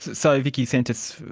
so vicki sentas,